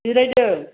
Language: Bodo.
जिरायदों